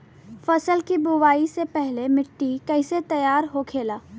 फसल की बुवाई से पहले मिट्टी की कैसे तैयार होखेला?